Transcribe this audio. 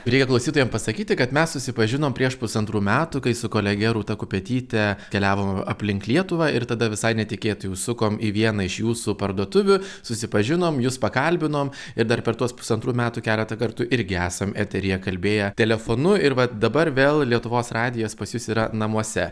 reikia klausytojam pasakyti kad mes susipažinom prieš pusantrų metų kai su kolege rūta kupetyte keliavom aplink lietuvą ir tada visai netikėtai užsukom į vieną iš jūsų parduotuvių susipažinom jus pakalbinom ir dar per tuos pusantrų metų keletą kartų irgi esam eteryje kalbėję telefonu ir va dabar vėl lietuvos radijas pas jus yra namuose